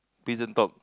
prison talk